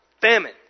Famine